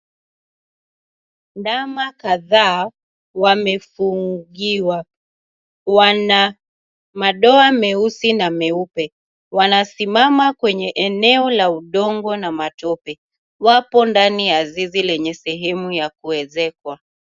Ndama kadha wamefungiwa, Wana madoa meusi na meupe. Wanasimama kwenye eneo la udongo na matope. Wapo ndani ya zizi yenye sehemu ya kuezekwa.